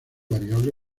variable